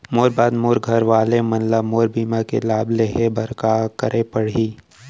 मोर बाद मोर घर वाला मन ला मोर बीमा के लाभ लेहे बर का करे पड़ही?